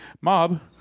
Mob